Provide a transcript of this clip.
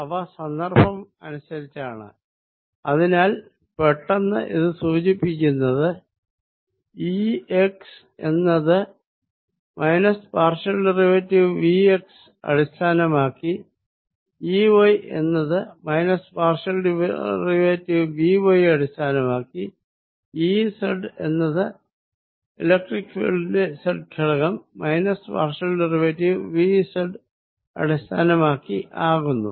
അവ സന്ദർഭമനുസ്സരിച്ചാകയാൽ സൂചിപ്പിക്കുന്നത് E x എന്നത് minus partial derivative V x അടിസ്ഥാനമാക്കി E y എന്നത് minus partial derivative V y അടിസ്ഥാനമാക്കി E z എന്നത് ഇലക്ട്രിക്ക് ഫീൽഡിന്റെ z ഘടകം minus partial derivative V z അടിസ്ഥാനമാക്കി ആകുന്നു